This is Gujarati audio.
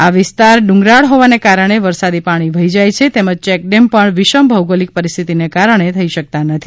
આ વિસ્તાર ડુંગરાળ હોવાને કારણે વરસાદી પાણી વહી જાય છે તેમજ ચેકડેમ પણ વિષમ ભૌગોલિક પરિસ્થિતીને કારણે થઇ શકતા નથી